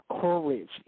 courage